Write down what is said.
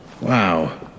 Wow